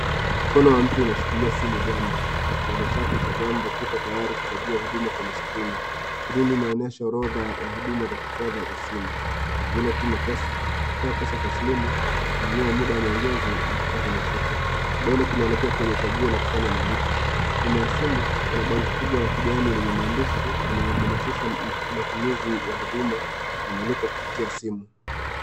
Mkono wa mtu unashikilia simu ganja, kidole chake cha gamba kiko tayari kuchagua huduma kwenye skrini, skrini inaonyesha orodha ya huduma za kifedha za simu, kama vile kutuma pesa, kutoa pesa taslimu, kununua muda wa maongezi, na kupata mikopo. Kidole kinaelekea kwenye chaguo la kufanya malipo. Nyuma ya simu, kuna bango kubwa la kijani lenye maandishi inayohamasisha matumizi ya huduma ya malipo kupitia simu.